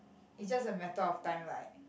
is just a matter of time like